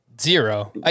zero